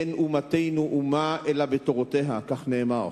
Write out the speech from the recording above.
אין אומתנו אומה אלא בתורותיה, כך נאמר.